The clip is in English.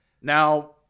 Now